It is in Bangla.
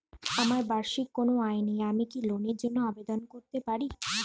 আমার বার্ষিক কোন আয় নেই আমি কি লোনের জন্য আবেদন করতে পারি?